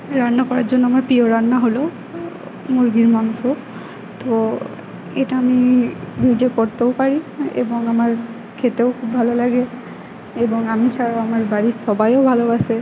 রান্না করার জন্য আমার পিয়ো রান্না হলো মুরগীর মাংস তো এটা আমি নিজে করতেও পারি এবং আমার খেতেও খুব ভালো লাগে এবং আমি ছাড়া আমার বাড়ির সবাইও ভালোবাসে